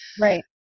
Right